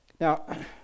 Now